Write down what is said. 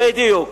בדיוק.